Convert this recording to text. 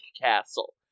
castle